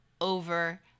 over